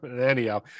anyhow